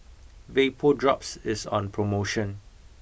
VapoDrops is on promotion